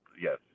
Yes